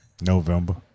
November